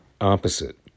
opposite